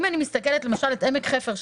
אם אני מסתכלת למשל על עמק חפר,